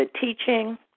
teaching